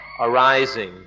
arising